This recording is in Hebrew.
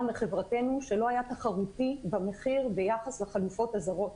מחברתנו שלא היה תחרותי במחיר ביחס לחלופות הזרות.